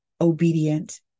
obedient